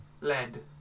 lead